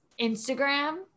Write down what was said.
Instagram